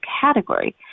category